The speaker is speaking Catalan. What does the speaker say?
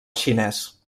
xinès